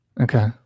Okay